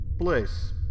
place